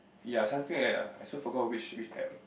ya something like that ah I also forgot which which App